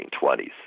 1920s